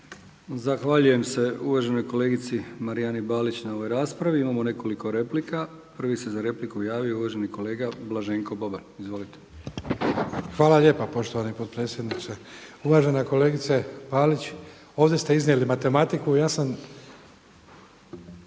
Zahvaljujem uvaženoj kolegici Marijani Balić na ovoj raspravi. Imamo nekoliko replika. Prvi se za repliku javio uvaženi kolega Blaženko Boban. Izvolite. **Boban, Blaženko (HDZ)** Hvala lijepo poštovani potpredsjedniče. Uvažena kolegice Balić. Ovdje ste iznijeli matematiku vezano